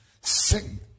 Sing